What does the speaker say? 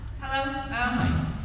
Hello